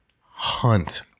hunt